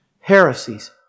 heresies